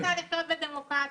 אני רוצה לחיות בדמוקרטיה.